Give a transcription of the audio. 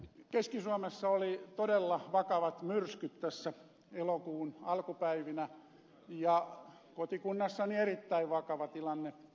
keski suomessa oli todella vakavat myrskyt tässä elokuun alkupäivinä ja kotikunnassani erittäin vakava tilanne